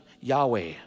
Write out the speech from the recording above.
Yahweh